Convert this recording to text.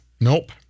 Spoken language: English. Nope